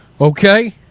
Okay